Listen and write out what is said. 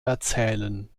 erzählen